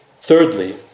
Thirdly